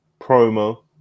promo